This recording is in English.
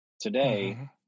Today